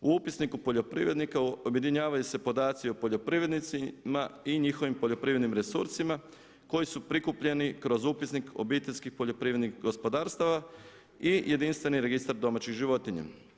U upisniku poljoprivrednika objedinjavaju se podaci o poljoprivrednicima i njihovim poljoprivrednim resursima koji su prikupljeni kroz upisnik obiteljskih poljoprivrednih gospodarstava i jedinstveni registar domaćih životinja.